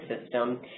system